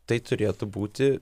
tai turėtų būti